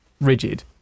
rigid